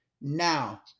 Now